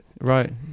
right